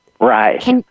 Right